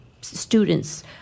students